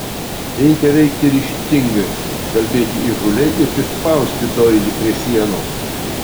reikia veikti ryžtingai kalbėti įžūliai ir prispausti doilį prie sienos